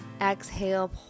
exhale